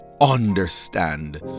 understand